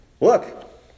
look